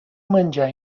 menjar